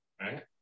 Right